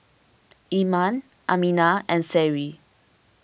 Iman Aminah and Seri